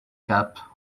cap